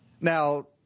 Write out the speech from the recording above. Now